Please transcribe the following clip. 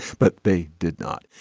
but they did not.